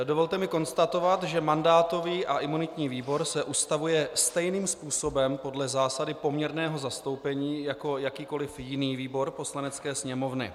Dovolte mi konstatovat, že mandátový a imunitní výbor se ustavuje stejným způsobem podle zásady poměrného zastoupení jako jakýkoliv jiný výbor Poslanecké sněmovny.